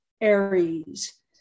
Aries